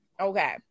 Okay